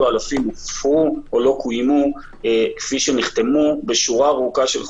אלפים הופרו או לא קוימו כפי שנחתמו בשורה ארוכה של חוזים,